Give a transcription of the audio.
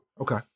Okay